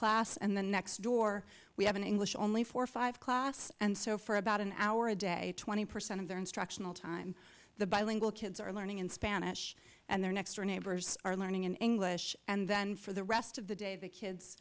class and the next door we have an english only four five class and so for about an hour a day twenty percent of their instructional time the bilingual kids are learning in spanish and their next door neighbors are learning in english and then for the rest of the day the kids